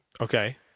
Okay